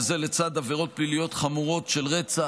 וזה לצד עבירות פליליות חמורות של רצח,